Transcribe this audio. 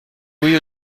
louis